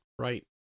Right